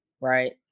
right